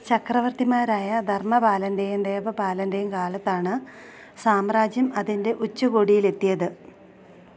ചക്രവര്ത്തിമാരായ ധർമ്മപാലന്റെയും ദേവപാലന്റെയും കാലത്താണ് സാമ്രാജ്യം അതിന്റെ ഉച്ചകോടിയിലെത്തിയത്